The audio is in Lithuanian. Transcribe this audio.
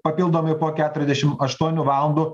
papildomai po keturiasdešim aštuonių valandų